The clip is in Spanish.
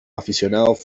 aficionados